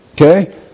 Okay